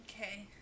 Okay